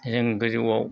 जों गोजौआव